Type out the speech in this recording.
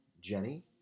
Jenny